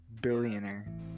billionaire